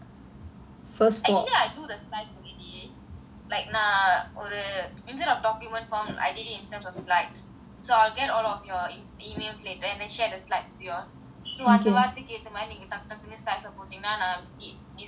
actually I do the slides already like நான் ஒரு:naan oru instead of document form I did it in terms of slides so I will get all of your emails later then share the slides with you all so அந்த வார்த்தைக்கு எத்தமாரி நீங்க டக் டக் னு:antha vaarthaikku etha maari neenga tak tak nu space போட்டிங்கனா நான்:potinganaa naan design பண்ணிட்டே இருப்பேன்:pannittae iruppaen